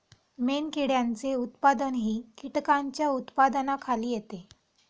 मेणकिड्यांचे उत्पादनही कीटकांच्या उत्पादनाखाली येते